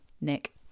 nick